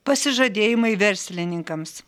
pasižadėjimai verslininkams